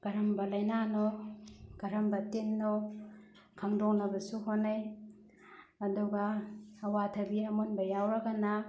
ꯀꯔꯝꯕ ꯂꯩꯅꯥꯅꯣ ꯀꯔꯝꯕ ꯇꯤꯟꯅꯣ ꯈꯪꯗꯣꯛꯅꯕꯁꯨ ꯍꯣꯠꯅꯩ ꯑꯗꯨꯒ ꯑꯋꯥꯊꯕꯤ ꯑꯃꯨꯟꯕ ꯌꯥꯎꯔꯒꯅ